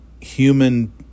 human